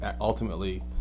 ultimately